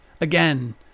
Again